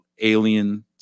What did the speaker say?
alien